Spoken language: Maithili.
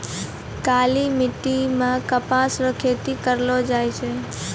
काली मिट्टी मे कपास रो खेती करलो जाय छै